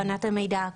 הבנת המידע,